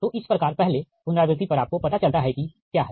तो इस प्रकार पहले पुनरावृति पर आपको पता चलता है कि क्या है